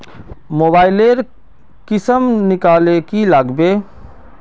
Mobile लेर किसम निकलाले की लागबे?